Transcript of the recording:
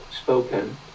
spoken